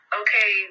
okay